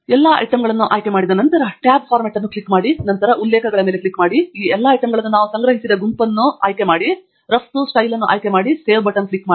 ಎಲ್ಲಾ ಐಟಂಗಳನ್ನು ಆಯ್ಕೆ ಮಾಡಿದ ನಂತರ ಟ್ಯಾಬ್ ಫಾರ್ಮ್ಯಾಟ್ ಅನ್ನು ಕ್ಲಿಕ್ ಮಾಡಿ ತದನಂತರ ಉಲ್ಲೇಖಗಳ ಮೇಲೆ ಕ್ಲಿಕ್ ಮಾಡಿ ಈ ಎಲ್ಲಾ ಐಟಂಗಳನ್ನು ನಾವು ಸಂಗ್ರಹಿಸಿದ ಗುಂಪನ್ನು ಆಯ್ಕೆ ಮಾಡಿ ರಫ್ತು ಸ್ಟೈಲ್ ಅನ್ನು ಆಯ್ಕೆ ಮಾಡಿ ನಂತರ ಸೇವ್ ಬಟನ್ ಕ್ಲಿಕ್ ಮಾಡಿ